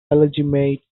illegitimate